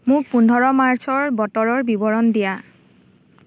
মোক পোন্ধৰ মাৰ্চৰ বতৰৰ বিৱৰণ দিয়া